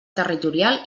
territorial